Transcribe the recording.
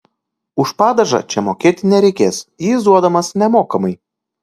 už padažą čia mokėti nereikės jis duodamas nemokamai